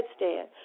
headstand